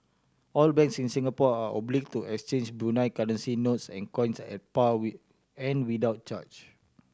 all banks in Singapore are obliged to exchange Brunei currency notes and coins at par and without charge